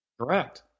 Correct